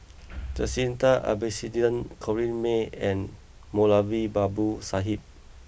Jacintha Abisheganaden Corrinne May and Moulavi Babu Sahib